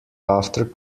after